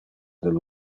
del